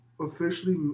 officially